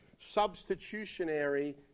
substitutionary